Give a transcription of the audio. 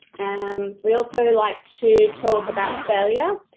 um we also like to talk about failure.